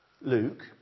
Luke